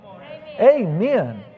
amen